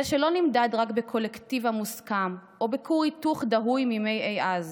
זה שלא נמדד רק בקולקטיב המוסכם או בכור היתוך דהוי מימי אי אז,